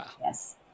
yes